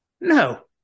No